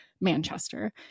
manchester